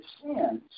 sins